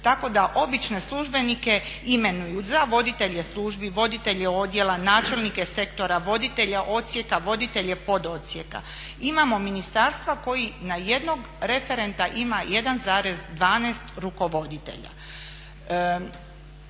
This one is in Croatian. tako da obične službenike imenuju za voditelje službi, voditelje odjela, načelnike sektora, voditelje odsjeka, voditelje pododsjeka. Imamo ministarstva koji na jednog referenta ima 1,12 rukovoditelja.